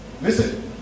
Listen